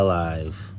Alive